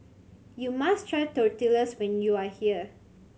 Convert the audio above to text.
you must try Tortillas when you are here